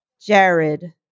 Jared